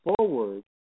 forward